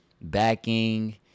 backing